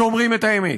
שאומרים את האמת'